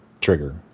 trigger